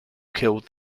killed